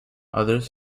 others